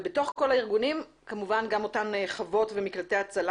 בתוך כל הארגונים כמובן גם אותם מקלטי הצלה